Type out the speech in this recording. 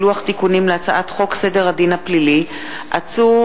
לוח תיקונים להצעת חוק סדר הדין הפלילי (עצור